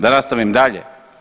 Da nastavim dalje.